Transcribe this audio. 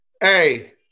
Hey